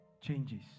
changes